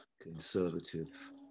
conservative